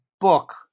book